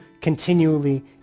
continually